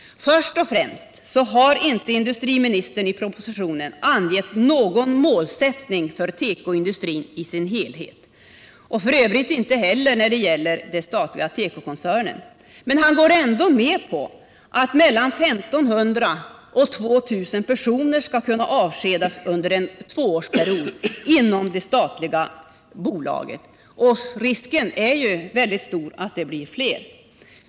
Först och främst har inte industriministern i propositionen angett någon målsättning för tekoindustrin i dess helhet och f. ö. inte heller för den statliga tekokoncernen. Men han går ändå med på att mellan 1 500 och 2 000 personer skall avskedas under en tvåårsperiod inom det statliga bolaget. Risken för att det blir fler är väldigt stor.